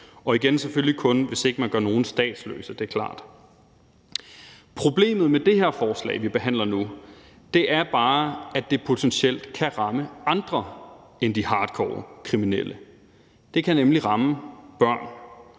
og det er selvfølgelig igen kun, hvis man ikke gør nogen statsløse; det er klart. Problemet med det her forslag, vi behandler nu, er bare, at det potentielt kan ramme andre end de hardcorekriminelle. Det kan nemlig ramme børn.